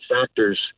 factors